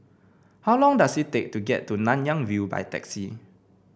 how long does it take to get to Nanyang View by taxi